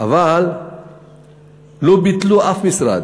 אבל לא ביטלו אף משרד.